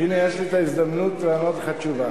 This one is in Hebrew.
הנה יש לי ההזדמנות לענות לך תשובה.